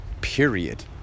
Period